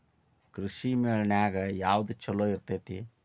ಕೃಷಿಮೇಳ ನ್ಯಾಗ ಯಾವ್ದ ಛಲೋ ಇರ್ತೆತಿ?